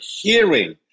hearing